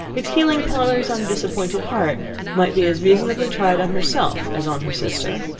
its healing powers, on a disappointed heart might be as reasonably tried on herself as on her sister.